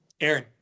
Aaron